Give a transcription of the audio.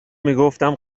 میگفتم